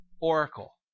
oracle